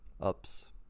UPS